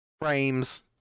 frames